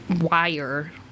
wire